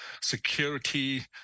security